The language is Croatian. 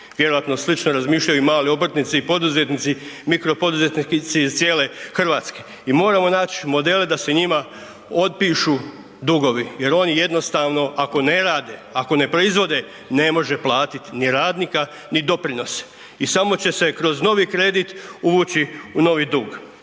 Vjerojatno slično razmišljaju i mali obrtnici i poduzetnici, mikro poduzetnici iz cijele Hrvatske i moramo naći modele da se njima otpišu dugovi jer oni jednostavno ako ne rade, ako ne proizvode ne može platiti ni radnika ni doprinose. I samo će se kroz novi kredit uvući u novi dug.